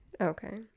okay